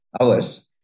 hours